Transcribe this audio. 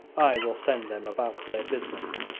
i will send them about their business.